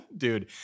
dude